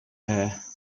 her